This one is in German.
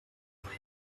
wurde